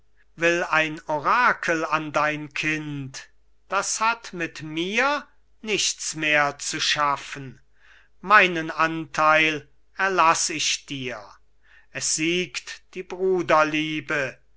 will ein orakel an dein kind das hat mit mir nichts mehr zu schaffen meinen antheil erlass ich dir es siegt die